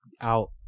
out